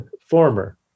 Former